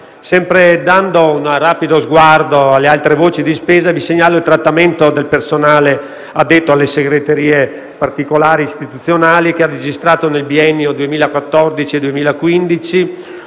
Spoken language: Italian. Sempre dando un rapido sguardo alle altre voci di spesa, vi segnalo che il trattamento del personale addetto alle segreterie particolari istituzionali ha registrato, nel biennio 2014-2015,